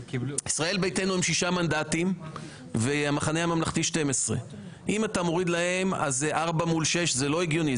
ישראל ביתנו הם 6 מנדטים והמחנה הממלכתי 12. אם אתה מוריד להם אז זה 4 מול 6 וזה לא הגיוני,